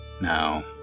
Now